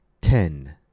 ten